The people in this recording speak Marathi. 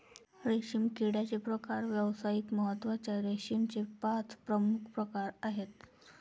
रेशीम किड्याचे प्रकार व्यावसायिक महत्त्वाच्या रेशीमचे पाच प्रमुख प्रकार आहेत